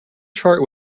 chart